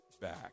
back